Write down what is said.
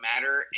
matter